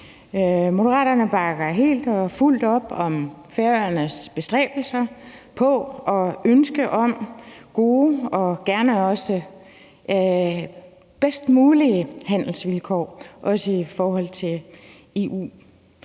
Moderaterne bakker helt og fuldt op om Færøernes bestræbelser på og ønske om gode og også gerne de bedst mulige handelsvilkår, også i forhold til EU.